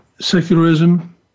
Secularism